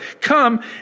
Come